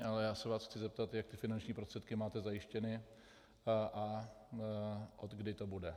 Ale chci se vás zeptat, jak finanční prostředky máte zajištěny a odkdy to bude.